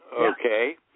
Okay